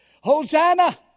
Hosanna